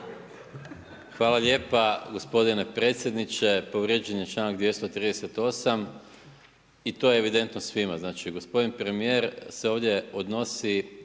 Hvala lijepa gospodine predsjedniče, povrijeđen je članak 238. i to je evidentno svima, znači gospodin premijer se ovdje odnosi